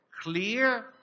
clear